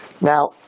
Now